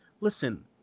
listen